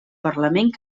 parlament